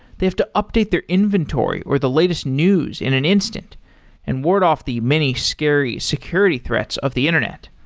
they have to update their inventory or the latest news in an instant and ward off the many scary security threats of the internet.